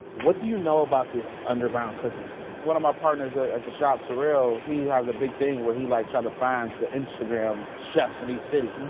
what do you know about this underground cooking scene? one of my partners ah at the shop, terrell, he has a big thing where he like tried to find the instagram chefs in each city.